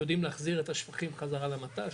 שיודעים להחזיר את השפכים חזרה למט"ש,